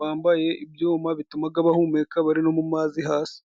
bambaye ibyuma bitumaga bahumeka bari no mu mazi hasi.